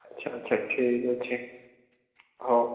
ଆଚ୍ଛା ଆଚ୍ଛା ଠିକ୍ ଅଛି ହଉ